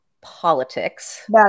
politics